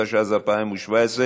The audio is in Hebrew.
התשע"ז 2017,